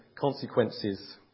consequences